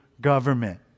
government